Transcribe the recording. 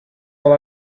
all